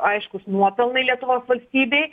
aiškūs nuopelnai lietuvos valstybei